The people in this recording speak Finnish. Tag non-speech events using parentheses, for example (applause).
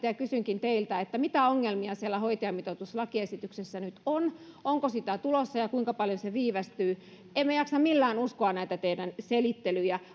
(unintelligible) ja kysynkin teiltä mitä ongelmia siellä hoitajamitoituslakiesityksessä nyt on onko sitä tulossa ja kuinka paljon se viivästyy emme jaksa millään uskoa näitä teidän selittelyjänne